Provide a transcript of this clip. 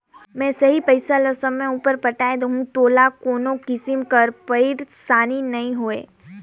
में सही पइसा ल समे उपर पटाए देहूं तोला कोनो किसिम कर पइरसानी नी होए